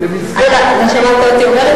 מסכימה אתך.